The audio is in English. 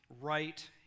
right